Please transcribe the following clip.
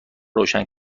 روشن